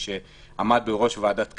שעמד בראש ועדת קמיניץ,